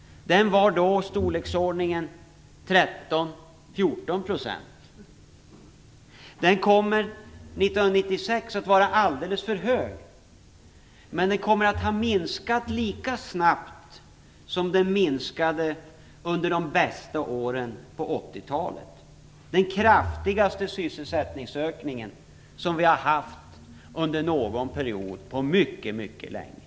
Den var i utgångsläget i storleksordningen 13 - 14 %, och den kommer 1996 att vara alldeles för hög men kommer att ha minskat lika snabbt som den minskade under de bästa åren på 80-talet. Det är den kraftigaste sysselsättningsökning som vi har haft under någon period på mycket länge.